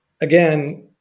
again